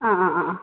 അ അ അ